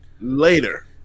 later